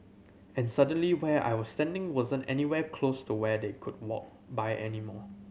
and suddenly where I was standing wasn't anywhere close to where they could walk by anymore